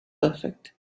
perfect